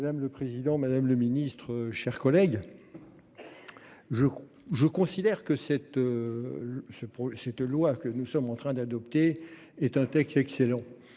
Madame le président, madame le Ministre, chers collègues. Je crois je considère que cette. Ce cette loi que nous sommes en train d'adopter est un texte excellent.